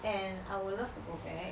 and I would love to go fare